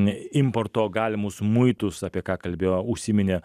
importo galimus muitus apie ką kalbėjo užsiminė